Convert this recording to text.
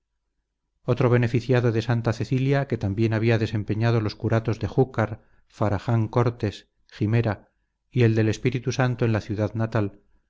otro beneficiado de santa cecilia que también había desempeñado los curatos de júzcar farajan cortes jimera y el del espíritu santo en la ciudad natal